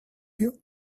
you